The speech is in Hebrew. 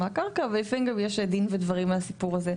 הקרקע ולפעמים גם יש דין ודברים על הסיפור הזה.